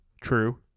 True